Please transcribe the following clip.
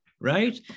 right